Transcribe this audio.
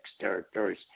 territories